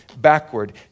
backward